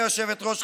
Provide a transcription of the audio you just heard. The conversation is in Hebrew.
גברתי היושבת-ראש,